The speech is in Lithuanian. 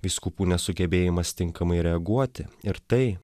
vyskupų nesugebėjimas tinkamai reaguoti ir tai